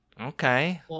Okay